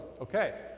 okay